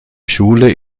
schule